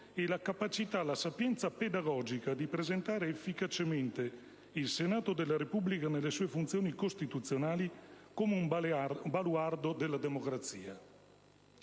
che la capacità e la sapienza pedagogica di presentare efficacemente il Senato della Repubblica nelle sue funzioni costituzionali come un baluardo della democrazia.